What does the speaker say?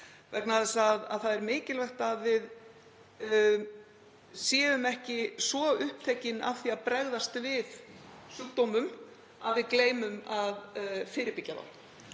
vegna þess að það er mikilvægt að við séum ekki svo upptekin af því að bregðast við sjúkdómum að við gleymum að fyrirbyggja þá.